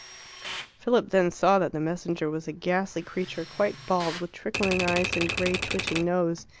philip then saw that the messenger was a ghastly creature, quite bald, with trickling eyes and grey twitching nose.